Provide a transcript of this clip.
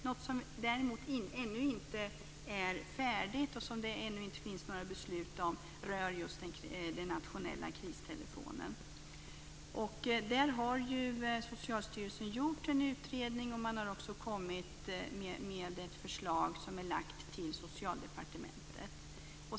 Något som däremot ännu inte är färdigt och som det ännu inte finns några beslut om rör just den nationella kristelefonen. Socialstyrelsen har gjort en utredning och också kommit med ett förslag till Socialdepartementet.